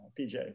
pj